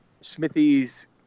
Smithies